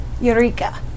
Eureka